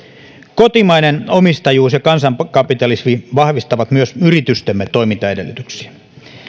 kotimainen omistajuus ja kansankapitalismi vahvistavat myös yritystemme toimintaedellytyksiä